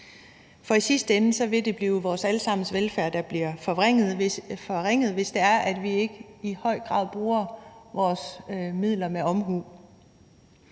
for i sidste ende vil det blive vores alle sammens velfærd, der bliver forringet, hvis det er sådan, at vi ikke i høj grad bruger vores midler med omhu.